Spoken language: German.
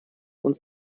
uns